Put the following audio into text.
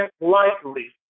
likely